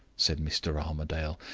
said mr. armadale,